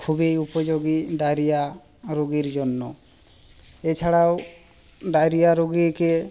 খুবই উপযোগী ডাইরিয়া রুগীর জন্য এছাড়াও ডাইরিয়া রুগীকে